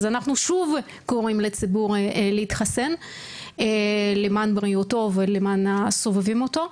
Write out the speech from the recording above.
אז אנחנו שוב קוראים לציבור להתחסן למען בריאותו ולמען הסובבים אותו.